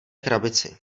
krabici